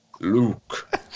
luke